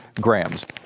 Grams